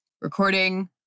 recording